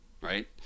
right